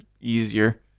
easier